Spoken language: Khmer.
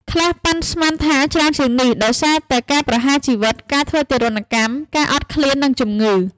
ខ្លះប៉ាន់ស្មានថាច្រើនជាងនេះ ដោយសារតែការប្រហារជីវិត ការធ្វើទារុណកម្ម ការអត់ឃ្លាន និងជំងឺ។